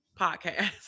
podcast